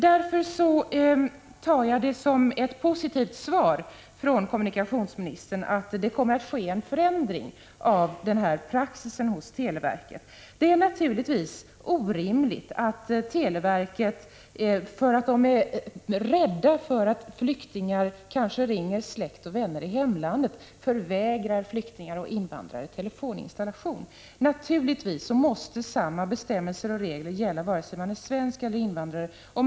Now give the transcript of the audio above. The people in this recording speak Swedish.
Jag tar det som ett positivt svar från kommunikationsministern att det kommer att ske en förändring av praxis hos televerket. Det är naturligtvis orimligt att televerket, för att man är rädd för att flyktingar kanske ringer till släkt och vänner i hemlandet, förvägrar flyktingar och invandrare telefoninstallation. Naturligtvis måste samma bestämmelser och regler gälla vare sig man är svensk eller invandrare.